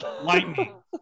Lightning